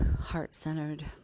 heart-centered